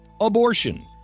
abortion